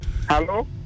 Hello